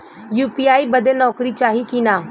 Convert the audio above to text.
UPI बदे नौकरी चाही की ना?